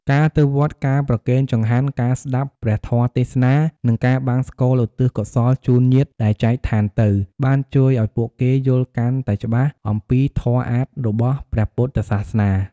ការទៅវត្ត ការប្រគេនចង្ហាន់ ការស្ដាប់ព្រះធម៌ទេសនា និងការបង្សុកូលឧទ្ទិសកុសលជូនញាតិដែលចែកឋានទៅ បានជួយឲ្យពួកគេយល់កាន់តែច្បាស់អំពីធម៌អាថ៌របស់ព្រះពុទ្ធសាសនា។